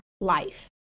life